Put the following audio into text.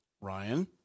Ryan